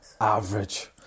Average